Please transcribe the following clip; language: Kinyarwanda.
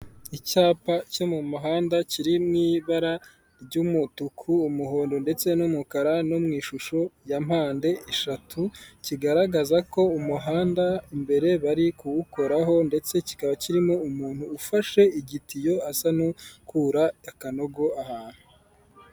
Icyapa cyo mu muhanda kiri mu ibara ry'umutuku umuhondo ndetse n'umukara no mu ishusho ya mpande eshatu, kigaragaza ko umuhanda imbere bari kuwukoraho ndetse kikaba kirimo umuntu ufashe igitiyo asa nukura akanogo ahantu.